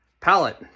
palette